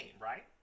right